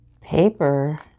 paper